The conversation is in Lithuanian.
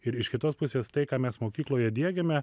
ir iš kitos pusės tai ką mes mokykloje diegiame